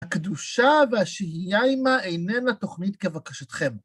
הקדושה והשהיה עימה איננה תוכנית כבקשתכם.